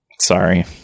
Sorry